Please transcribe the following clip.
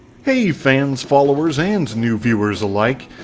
hey fans, followers, and new viewers alike!